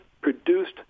produced